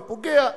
ופוגע,